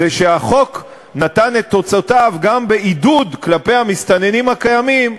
החוק נתן את תוצאותיו גם בעידוד כלפי המסתננים הקיימים,